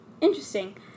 Interesting